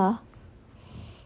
so need the car